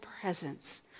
presence